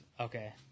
Okay